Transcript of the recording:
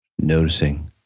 Noticing